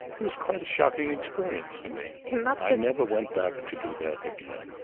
it was quite a shocking experience for me i never went back to do that again.